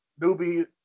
newbie